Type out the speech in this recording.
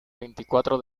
veinticuatro